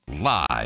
Live